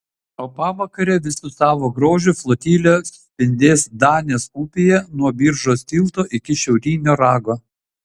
o pavakare visu savo grožiu flotilė suspindės danės upėje nuo biržos tilto iki šiaurinio rago